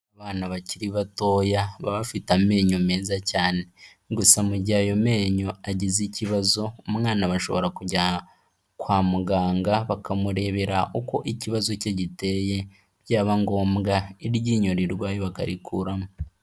Abana bakiri batoya baba bafite amenyo meza cyane, gusa mu gihe ayo menyo agize ikibazo umwana bashobora kujya kwa muganga bakamurebera uko ikibazo cye giteye, byaba ngombwa iryinyo rirwaye bakarikuramo.